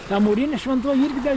ta mūrinė šventoji irgi gal